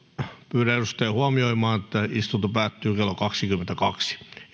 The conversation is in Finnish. pyydän edustajia huomioimaan että istunto päättyy kello kaksikymmentäkaksi